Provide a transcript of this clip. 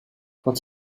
quand